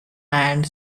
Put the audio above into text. and